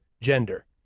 gender